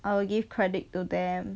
I will give credit to them